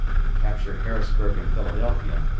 and capture harrisburg and philadelphia,